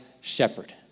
shepherd